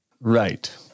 Right